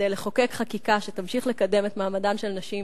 כדי לחוקק חקיקה שתמשיך לקדם את מעמדן של נשים